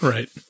Right